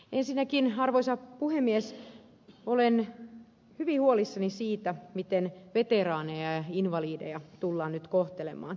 ensinnäkin arvoisa puhemies olen hyvin huolissani siitä miten veteraaneja ja invalideja tullaan nyt kohtelemaan